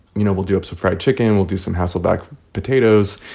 you know, we'll do up some fried chicken. and we'll do some hasselback potatoes,